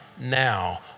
now